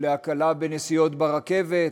להקלה בנסיעות ברכבת.